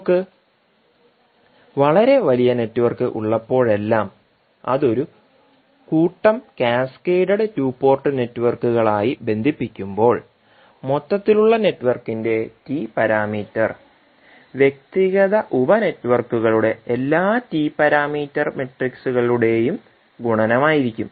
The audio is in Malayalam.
നമുക്ക് വളരെ വലിയ നെറ്റ്വർക്ക് ഉള്ളപ്പോഴെല്ലാം അത് ഒരു കൂട്ടം കാസ്കേഡഡ് ടു പോർട്ട് നെറ്റ്വർക്കുകളായി ബന്ധിപ്പിക്കുമ്പോൾ മൊത്തത്തിലുള്ള നെറ്റ്വർക്കിന്റെ ടി പാരാമീറ്റർ വ്യക്തിഗത ഉപ നെറ്റ്വർക്കുകളുടെ എല്ലാ ടി പാരാമീറ്റർ മെട്രിക്സുകളുടെയും ഗുണനമായിരിക്കും